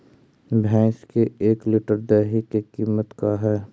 भैंस के एक लीटर दही के कीमत का है?